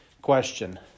Question